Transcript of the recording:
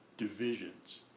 Divisions